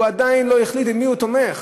הוא עדיין לא החליט במי הוא תומך.